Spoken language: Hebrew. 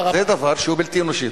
זה דבר שהוא בלתי אנושי.